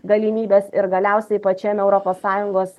galimybes ir galiausiai pačiam europos sąjungos